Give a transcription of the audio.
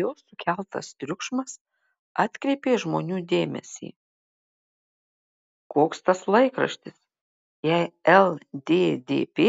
jos sukeltas triukšmas atkreipė žmonių dėmesį koks tas laikraštis jei lddp